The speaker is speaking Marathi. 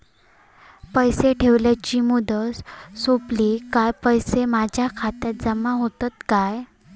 पैसे ठेवल्याची मुदत सोपली काय पैसे माझ्या खात्यात जमा होतात काय?